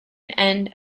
end